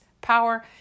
power